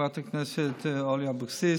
חברת הכנסת אורלי אבקסיס,